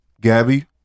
Gabby